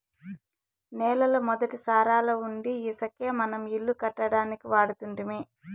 నేలల మొదటి సారాలవుండీ ఇసకే మనం ఇల్లు కట్టడానికి వాడుతుంటిమి